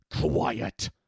Quiet